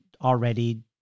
already